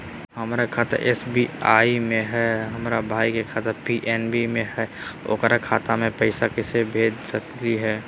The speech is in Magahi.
हमर खाता एस.बी.आई में हई, हमर भाई के खाता पी.एन.बी में हई, ओकर खाता में पैसा कैसे भेज सकली हई?